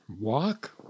walk